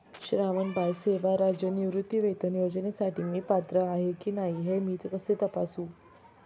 श्रावणबाळ सेवा राज्य निवृत्तीवेतन योजनेसाठी मी पात्र आहे की नाही हे मी कसे तपासू?